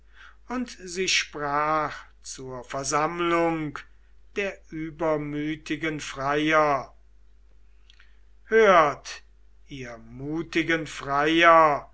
und sie sprach zur versammlung der übermütigen freier hört ihr mutigen freier